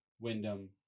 Wyndham